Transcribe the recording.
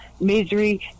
misery